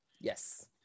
Yes